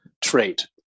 trait